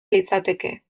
litzateke